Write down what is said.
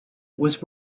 was